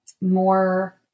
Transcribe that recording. more